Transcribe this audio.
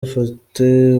afite